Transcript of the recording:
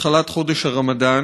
התחלת חודש הרמדאן.